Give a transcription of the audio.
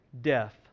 death